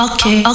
Okay